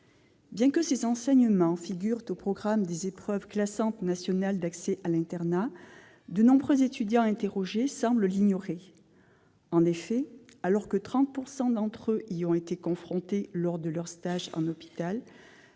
victimes. Ces enseignements figurent au programme des épreuves classantes nationales d'accès à l'internat, mais de nombreux étudiants interrogés semblent l'ignorer. En effet, alors que 30 % d'entre eux ont été confrontés aux violences sexuelles